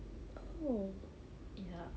ya